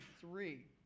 three